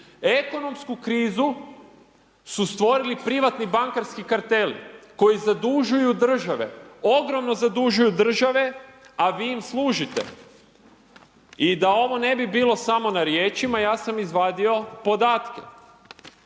Ekonomsku krizu su stvorili privatni bankarski karteli, koji zadužuju države, ogromno zadužuju države, a vi im služite. I da ovo ne bilo samo na riječima, ja sam izvadio podatke.